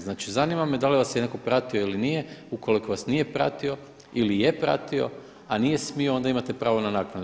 Znači, zanima me da li vas je netko pratio ili nije, ukoliko vas nije pratio ili je pratio a nije smio onda imate pravo na naknadu.